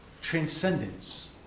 transcendence